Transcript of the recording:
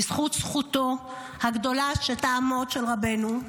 בזכות זכותו הגדולה שתעמוד, של רבנו,